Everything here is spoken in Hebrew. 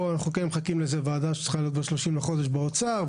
פה אנחנו כן מחכים לאיזה ועדה שצריכה להיות ב-30 בחודש באוצר,